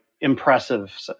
impressive